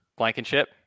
Blankenship